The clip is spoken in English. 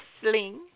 sling